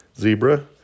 Zebra